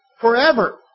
forever